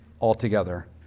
altogether